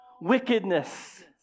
wickedness